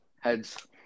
Heads